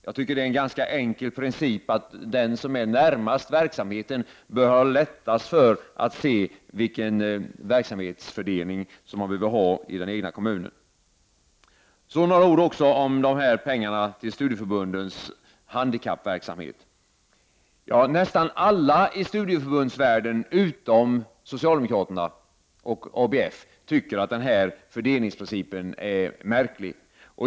Jag tycker att det är en ganska enkel princip, att den som är närmast verksamheten bör ha lättast att se vilken verksamhetsfördelning man behöver ha i den egna kommunen. Så några ord om pengarna till studieförbundens handikappverksamhet. Nästan alla i studieförbundsvärlden utom socialdemokraterna och ABF tycker att fördelningsprincipen är märklig.